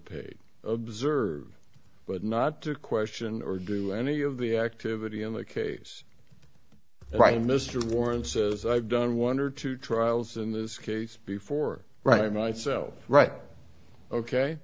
paid observer but not to question or do any of the activity in the case right mr warren says i've done one or two trials in this case before writing myself right ok